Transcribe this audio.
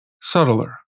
subtler